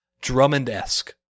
Drummond-esque